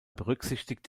berücksichtigt